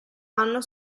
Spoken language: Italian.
anno